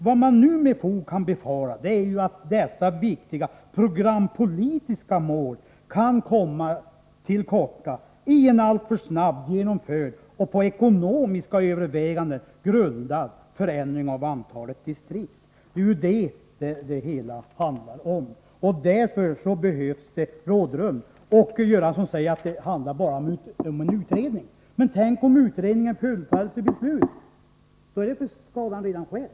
Vad man nu med fog kan befara är att dessa viktiga programpolitiska mål kan komma till korta i en alltför snabbt genomförd och på ekonomiska överväganden grundad förändring av antalet distrikt. Det är ju detta som det handlar om. Och därför behövs det rådrum. Bengt Göransson säger att det bara handlar om en utredning. Men tänk om utredningen fullföljs till beslut — då är skadan redan skedd.